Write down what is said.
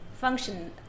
function